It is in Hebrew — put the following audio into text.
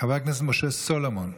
חבר הכנסת משה סולומון,